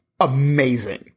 amazing